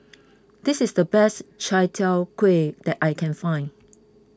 this is the best Chai Tow Kway that I can find